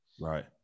right